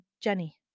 Jenny